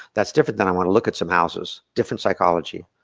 that's different that, i wanna look at some houses. different psychology.